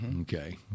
Okay